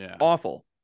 awful